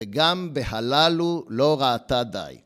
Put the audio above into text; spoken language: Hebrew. ‫וגם בהללו לא ראתה די.